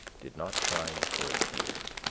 did not shine for a year.